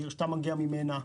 העיר שאתה מגיע ממנה,